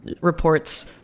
reports